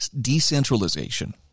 decentralization